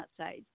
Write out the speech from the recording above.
outside